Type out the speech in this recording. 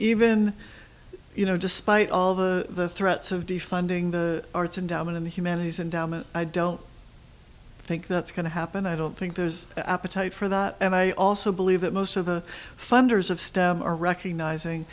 even you know despite all the threats of defunding the arts and down in the humanities and i don't think that's going to happen i don't think there's appetite for that and i also believe that most of the funders of stem are recognizing